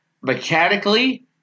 mechanically